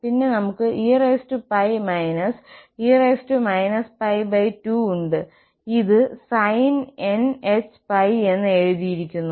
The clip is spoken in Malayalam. പിന്നെ നമുക്ക് eπ -e π2 ഉണ്ട് ഇത് sinhπ എന്ന് എഴുതിയിരിക്കുന്നു